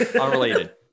Unrelated